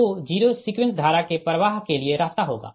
तो zero sequence धारा के प्रवाह के लिए रास्ता होगा